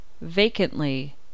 vacantly